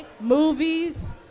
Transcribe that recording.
movies